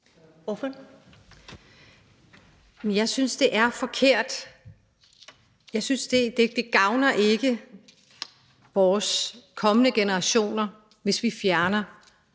(KF): Jeg synes, det er forkert; jeg synes ikke, det gavner vores kommende generationer, hvis vi gør